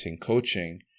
coaching